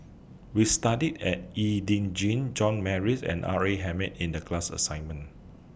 We studied At E Ding John Morrice and R A Hamid in The class assignment